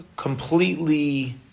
completely